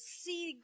see